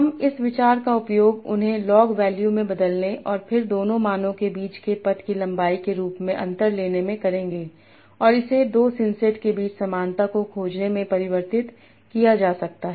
हम इस विचार का उपयोग उन्हें लॉग वैल्यू में बदलने और फिर दोनों मानों के बीच के पथ की लंबाई के रूप में अंतर लेने में करेंगे और इसे दो सिंसेट के बीच समानता को खोजने में परिवर्तित किया जा सकता है